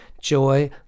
Joy